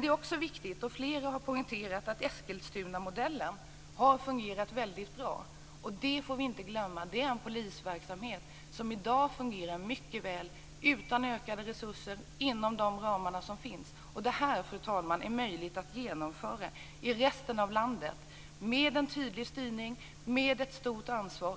Det är också riktigt, som flera har poängterat, att Eskilstunamodellen har fungerat väldigt bra. Det får vi inte glömma. Det är en polisverksamhet som i dag fungerar mycket väl utan ökade resurser inom de ramar som finns. Det här, fru talman, är möjligt att genomföra också i resten av landet. Med en tydlig styrning, med ett stort ansvar,